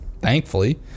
thankfully